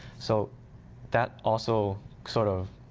so that also sort of